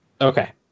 okay